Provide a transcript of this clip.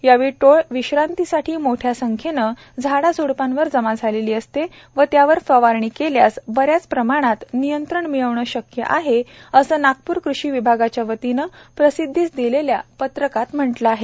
यावेळी टोळ विश्रांतीसाठी मोठ्या संख्येने झाडाझ्रडपांवर जमा झालेली असते व त्यावर फवारणी केल्यास बऱ्याच प्रमाणात नियंत्रण मिळविणे शक्य आहे असे नागप्र कृषी विभागाच्या वतीने प्रसिध्दीस दिलेल्या पत्रकात म्हटले आहे